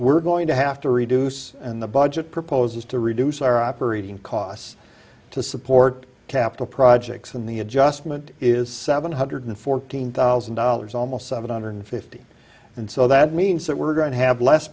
we're going to have to reduce and the budget proposes to reduce our operating costs to support capital projects and the adjustment is seven hundred fourteen thousand dollars almost seven hundred fifty and so that means that we're going to have less